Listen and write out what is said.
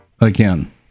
again